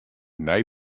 nij